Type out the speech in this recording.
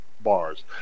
bars